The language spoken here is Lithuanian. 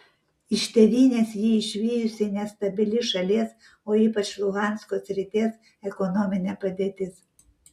iš tėvynės jį išvijusi nestabili šalies o ypač luhansko srities ekonominė padėtis